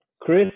chris